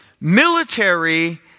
military